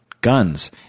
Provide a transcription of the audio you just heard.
guns